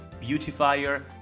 beautifier